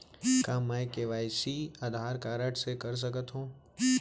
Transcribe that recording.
का मैं KYC Aadhaar card से कर सकत हो?